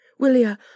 Willia